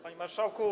Panie Marszałku!